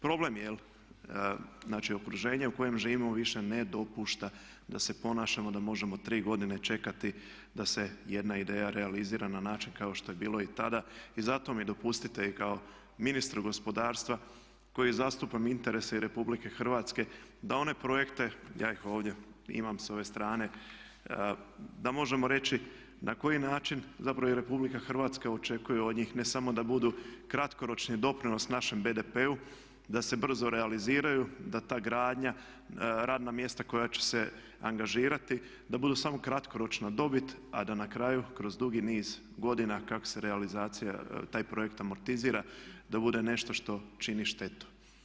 Problem je znači okruženje u kojem živimo više ne dopušta da se ponašamo da možemo tri godine čekati da se jedna ideja realizira na način kao što je bilo i tada i zato mi dopustite i kako ministru gospodarstva koji zastupam interese i RH da one projekte, ja ih ovdje imam s ove strane, da možemo reći na koji način zapravo i RH očekuje od njih ne samo da budu kratkoročni doprinos našem BDP-u, da se brzo realiziraju, da ta gradnja, radnja mjesta koja će se angažirati da budu samo kratkoročna dobit a da na kraju kroz dugi niz godina kako se realizacija, taj projekt amortizira da bude nešto što čini štetu.